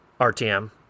Rtm